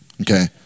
okay